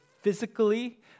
physically